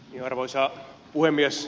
arvoisa puhemies